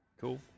cool